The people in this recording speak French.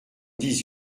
dix